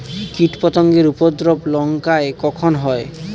কীটপতেঙ্গর উপদ্রব লঙ্কায় কখন হয়?